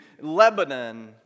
Lebanon